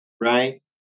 right